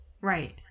Right